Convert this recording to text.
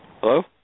Hello